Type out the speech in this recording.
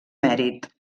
mèrit